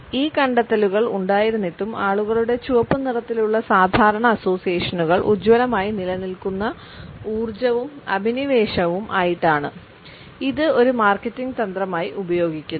ഈ കണ്ടെത്തലുകൾ ഉണ്ടായിരുന്നിട്ടും ആളുകളുടെ ചുവപ്പ് നിറത്തിലുള്ള സാധാരണ അസോസിയേഷനുകൾ ഉജ്ജ്വലമായി നിലനിൽക്കുന്ന ഊർജ്ജവും അഭിനിവേശവും ആയിട്ടാണ് ഇത് ഒരു മാർക്കറ്റിംഗ് തന്ത്രമായി ഉപയോഗിക്കുന്നു